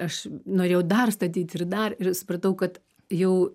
aš norėjau dar statyt ir dar ir supratau kad jau